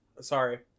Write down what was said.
Sorry